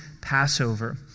Passover